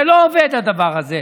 זה לא עובד, הדבר הזה.